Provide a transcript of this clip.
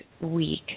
week